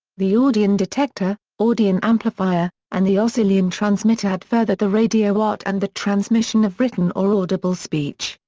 the audion detector, audion amplifier, and the oscillion transmitter had furthered the radio art and the transmission of written or audible speech.